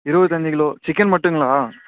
இருபத்தஞ்சி kilo chicken மட்டும்களா